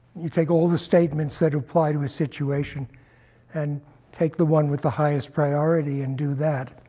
you take all the statements that apply to a situation and take the one with the highest priority and do that,